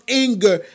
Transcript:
anger